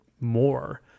more